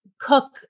cook